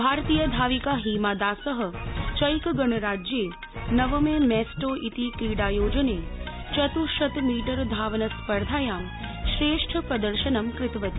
भारतीय धाविका हिमादास चैकगणराज्ये नवमे मैस्टो इति क्रीडायोजने चत्ः शत मीटर धावन स्पर्धायां श्रेष्ठ प्रदर्शनं कृतवती